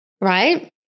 right